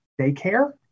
daycare